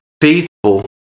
faithful